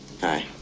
Hi